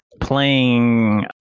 playing